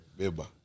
beba